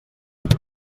focs